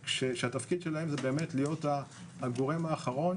שהתפקיד שלהם זה באמת להיות הגורם האחרון